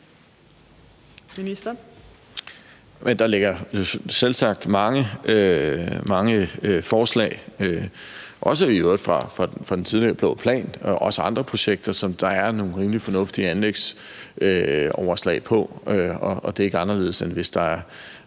Engelbrecht): Der ligger selvsagt mange forslag, i øvrigt også fra den tidligere blå plan og andre projekter, som der er nogle rimelig fornuftige anlægsoverslag for. Og det er ikke anderledes, end at hvis